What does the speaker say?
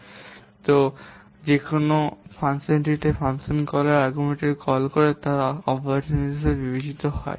সুতরাং যখনই আপনি যুক্তিগুলি রাখছেন যেখানে কোনও ফাংশনটিতে ফাংশন কলের আর্গুমেন্টগুলিকে কল করে তারা অপারেশন হিসাবে বিবেচিত হয়